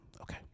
okay